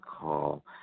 call